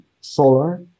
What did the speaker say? solar